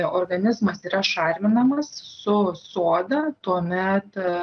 organizmas yra šarminamas su soda tuomet